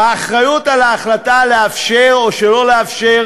האחריות להחלטה אם לאפשר או שלא לאפשר